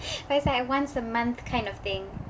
but it's like once a month kind of thing